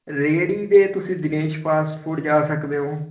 ਰੇਹੜੀ ਦੇ ਤੁਸੀਂ ਦਿਨੇਸ਼ ਫਾਸਟ ਫ਼ੂਡ ਜਾ ਸਕਦੇ ਹੋ